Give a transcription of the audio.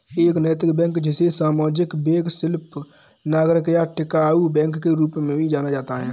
एक नैतिक बैंक जिसे सामाजिक वैकल्पिक नागरिक या टिकाऊ बैंक के रूप में भी जाना जाता है